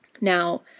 Now